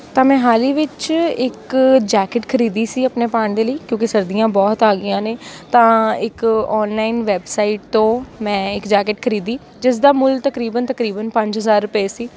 ਤਾਂ ਮੈਂ ਹਾਲੀ ਵਿੱਚ ਇੱਕ ਜੈਕੇਟ ਖਰੀਦੀ ਸੀ ਆਪਣੇ ਪਾਉਣ ਦੇ ਲਈ ਕਿਉਂਕਿ ਸਰਦੀਆਂ ਬਹੁਤ ਆ ਗਈਆਂ ਨੇ ਤਾਂ ਇੱਕ ਔਨਲਾਈਨ ਵੈਬਸਾਈਟ ਤੋਂ ਮੈਂ ਇੱਕ ਜੈਕੇਟ ਖਰੀਦੀ ਜਿਸ ਦਾ ਮੁੱਲ ਤਕਰੀਬਨ ਤਕਰੀਬਨ ਪੰਜ ਹਜ਼ਾਰ ਰੁਪਏ ਸੀ